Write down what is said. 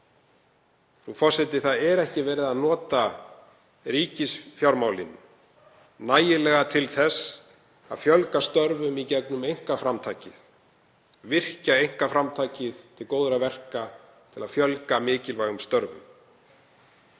Frú forseti. Ekki er verið að nota ríkisfjármálin nægilega til þess að fjölga störfum í gegnum einkaframtakið, virkja einkaframtakið til góðra verka til að fjölga mikilvægum störfum.